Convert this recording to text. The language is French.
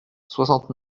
soixante